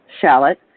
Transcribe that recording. shallot